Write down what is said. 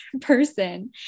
person